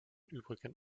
übrigen